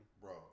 Bro